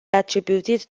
attributed